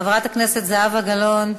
חברת הכנסת זהבה גלאון,